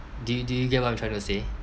do you do you get what I'm trying to say